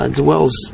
dwells